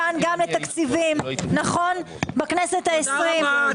בכנסת העשרים,